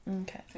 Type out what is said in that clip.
Okay